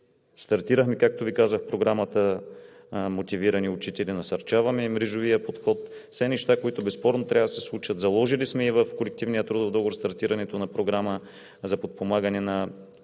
Стартирахме, както Ви казах, Програмата „Мотивирани учители“. Насърчаваме и мрежовия подход – все неща, които безспорно трябва да се случват. Заложили сме в Колективния трудов договор стартирането на програма за подпомагане на